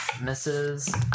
misses